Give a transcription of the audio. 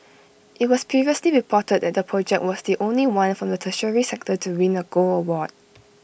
IT was previously reported that the project was the only one from the tertiary sector to win A gold award